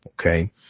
Okay